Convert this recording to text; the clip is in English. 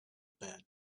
bad